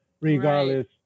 regardless